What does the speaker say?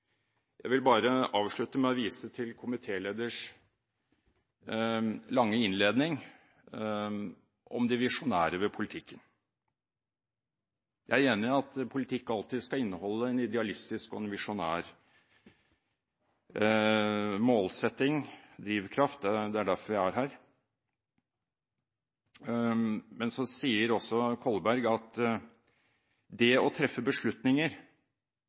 Jeg vil bare avslutte med å vise til komitélederens lange innledning om det visjonære ved politikken. Jeg er enig i at politikk alltid skal inneholde en idealistisk og visjonær målsetting, drivkraft – det er derfor vi er her. Men så sier også Kolberg at det å treffe beslutninger